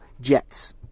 Jets